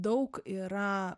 daug yra